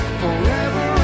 forever